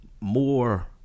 more